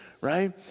right